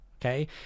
Okay